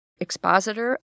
expositor